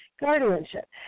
guardianship